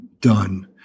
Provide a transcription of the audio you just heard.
done